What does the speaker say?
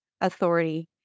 authority